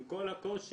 עם כל הקושי,